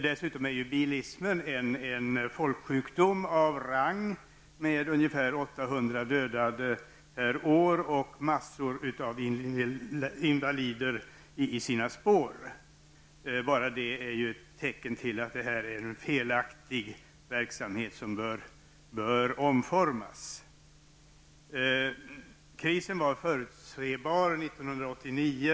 Dessutom är bilismen en folksjukdom av rang med ungefär 800 hundra dödade i trafiken per år. En stor mängd invalider följer också i dess spår. Detta är tecken på att det är en felaktig verksamhet som bör omformas. Bilindustrins kris var förutsebar 1989.